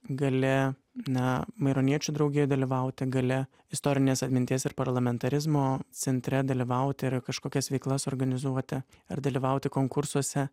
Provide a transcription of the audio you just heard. gali ne maironiečių draugijoj dalyvauti gali istorinės atminties ir parlamentarizmo centre dalyvauti ir kažkokias veiklas organizuoti ar dalyvauti konkursuose